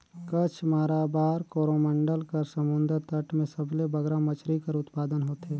कच्छ, माराबार, कोरोमंडल कर समुंदर तट में सबले बगरा मछरी कर उत्पादन होथे